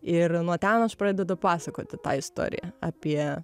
ir nuo ten aš pradedu pasakoti tą istoriją apie